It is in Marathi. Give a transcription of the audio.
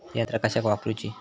यंत्रा कशाक वापुरूची?